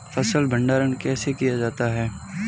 फ़सल भंडारण कैसे किया जाता है?